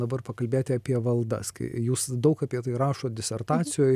dabar pakalbėti apie valdas kai jūs daug apie tai rašot disertacijoj